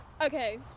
Okay